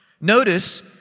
Notice